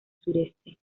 sureste